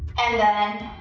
and then,